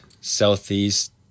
southeast